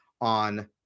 on